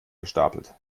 gestapelt